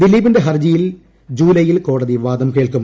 ദിലീപിന്റെ ഹർജിയിൽ ജുലൈയിൽ ക്യോട്തി വാദം കേൾക്കും